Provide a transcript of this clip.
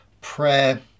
prayer